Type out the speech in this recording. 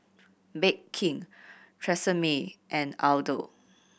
Bake King Tresemme and Aldo